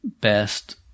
Best